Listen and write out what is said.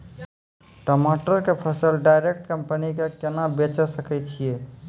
टमाटर के फसल डायरेक्ट कंपनी के केना बेचे सकय छियै?